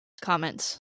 comments